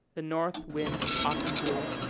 the north wind often blew.